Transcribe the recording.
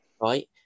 Right